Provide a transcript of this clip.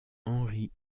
henri